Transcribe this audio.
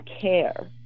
care